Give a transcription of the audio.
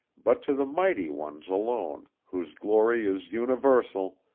but to the mighty ones alone, whose glory is universal,